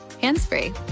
hands-free